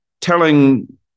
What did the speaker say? telling